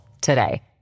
today